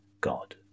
God